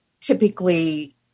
typically